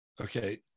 Okay